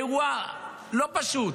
אירוע לא פשוט,